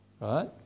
right